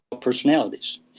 personalities